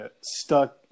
stuck